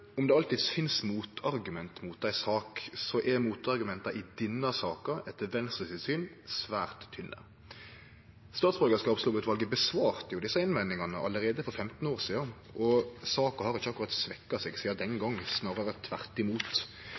om det alltids finst motargument mot ei sak, er motargumenta i denne saka etter Venstre sitt syn svært tynne. Statsborgarlovutvalet svarte på desse innvendingane allereie for femten år sidan, og saka har ikkje akkurat svekt seg sidan den gong – snarare tvert imot.